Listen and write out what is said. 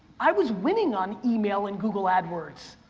i was winning on email and google adwords.